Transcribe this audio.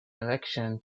election